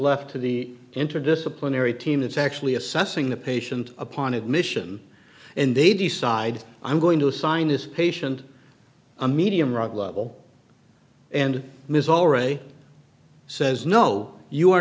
left to the interdisciplinary team that's actually assessing the patient upon admission and they decide i'm going to sign this patient a medium rug lovel and ms already says no you